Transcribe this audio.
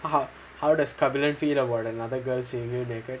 how does kabilan feel about another girl seeing you naked